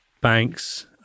banks